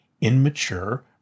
immature